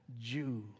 Jew